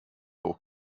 hoch